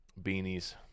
Beanies